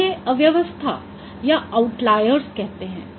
इन्हें अव्यवस्था या आउटलायर्स कहते हैं